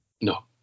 No